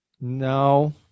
no